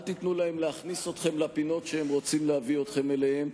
אל תיתנו להם להכניס אתכם לפינות שהם רוצים להביא אתכם אליהן.